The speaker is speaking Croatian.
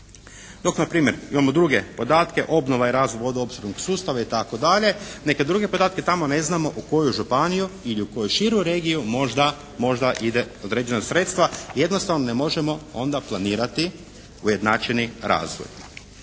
Dok na primjer imamo druge podatke obnova i razvoj vodoopskrbnog sustava itd. Neke druge podatke, tamo ne znamo u koju županiju ili u koju širu regiju možda ide određena sredstva. Jednostavno ne možemo onda planirati ujednačeni razvoj.